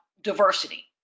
diversity